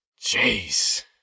jeez